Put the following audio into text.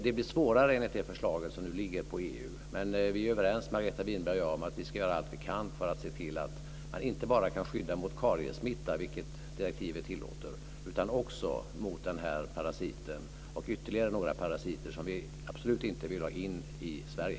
Det blir svårare enligt det förslag som nu ligger i EU, men Margareta Winberg och jag är överens om att vi ska göra allt vi kan för att se till att man inte bara ska kunna skydda mot kariessmitta, vilket direktivet tillåter, utan också mot denna och ytterligare några parasiter som vi absolut inte vill ha in i Sverige.